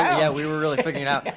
yeah, we were really freaking out.